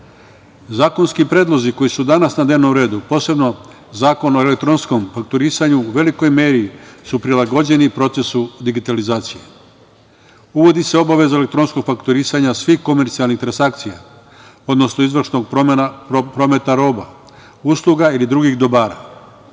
Ružić. Zakonski predlozi koji su danas na dnevnom redu, posebno Zakon o elektronskom fakturisanju, u velikoj meri su prilagođeni procesu digitalizacije. Uvodi se obaveza elektronskog fakturisanja svih komercijalnih transakcija, odnosno izvršnog prometa roba, usluga ili drugih dobara.